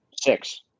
Six